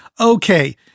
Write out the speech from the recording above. Okay